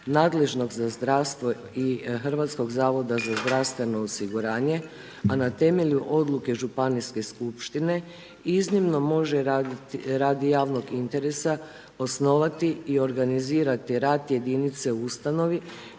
nadležnog za zdravstvo i HZZO-a, a na temelju odluke županijske skupštine iznimno može radi javnog interesa osnovati i organizirati rad jedinice u ustanovi